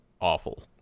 awful